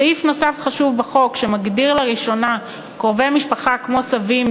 סעיף חשוב נוסף בחוק מגדיר לראשונה קרובי משפחה כמו סבים,